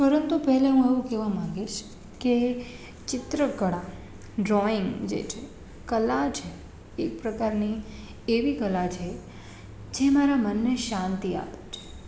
પરંતુ પહેલા હું એવું કહેવા માંગીશ કે ચિત્રકળા ડ્રોઈંગ જે છે કલા છે એક પ્રકારની એવી કલા છે જે મારા મનને શાંતિ આપે છે